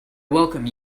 welcome